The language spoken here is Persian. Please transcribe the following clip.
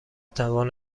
توان